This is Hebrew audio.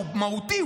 שהוא מהותי,